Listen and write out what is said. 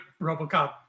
RoboCop